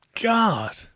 God